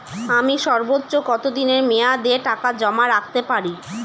আমি সর্বোচ্চ কতদিনের মেয়াদে টাকা জমা রাখতে পারি?